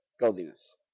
godliness